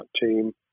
team